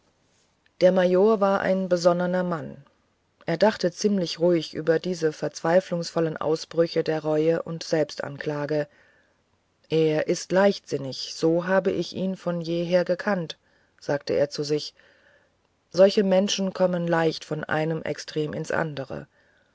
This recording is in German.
der major war ein besonnener mann er dachte ziemlich ruhig über diese verzweiflungsvollen ausbrüche der reue und selbstanklage er ist leichtsinnig so habe ich ihn von jeher gekannt sagte er zu sich solche menschen kommen leicht von einem extrem ins andere